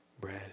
bread